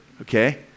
okay